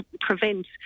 prevent